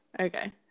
Okay